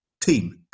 team